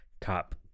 cop